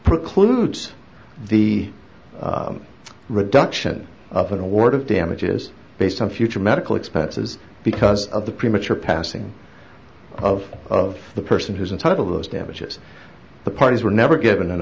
precludes the reduction of an award of damages based on future medical expenses because of the premature passing of of the person who's in charge of those damages the parties were never given an